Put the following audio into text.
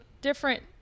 different